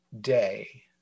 day